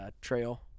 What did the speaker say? trail